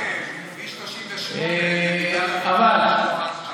בצלאל, כביש 38 היה מונח על השולחן שלי.